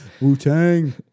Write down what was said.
Wu-Tang